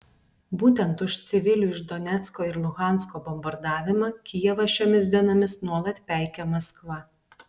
būtent už civilių iš donecko ir luhansko bombardavimą kijevą šiomis dienomis nuolat peikia maskva